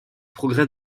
progrès